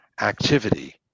activity